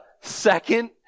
second